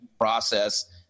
process